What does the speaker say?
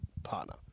partner